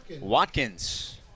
Watkins